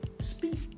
speak